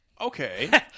Okay